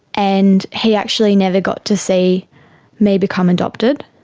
and he actually never got to see me become adopted,